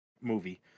movie